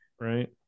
Right